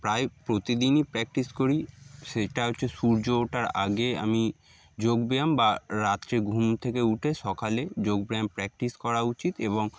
প্রায় প্রতিদিনই প্র্যাকটিস করি সেটা হচ্ছে সূর্য ওঠার আগে আমি যোগব্যায়াম বা রাত্রে ঘুম থেকে উঠে সকালে যোগব্যায়াম প্র্যাকটিস করা উচিত এবং